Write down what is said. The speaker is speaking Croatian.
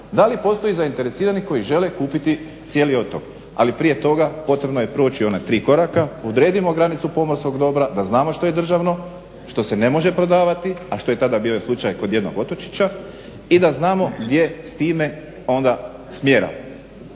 Da li postoje zainteresirani koji žele kupiti cijeli otok ali prije toga potrebno je proći ona tri koraka, odredimo granicu pomorskog dobra da znamo što je državno, što se ne može prodavati a što je tada bio slučaj kod jednog otočića i da znamo gdje s time onda smjera.